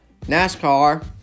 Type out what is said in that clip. NASCAR